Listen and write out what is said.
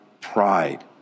pride